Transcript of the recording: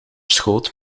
schoot